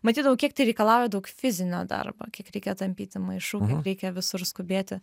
matydavau kiek tai reikalauja daug fizinio darbo kiek reikia tampyti maišų kiek reikia visur skubėti